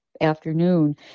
afternoon